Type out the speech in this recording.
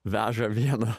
veža vieną